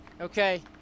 Okay